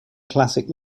classic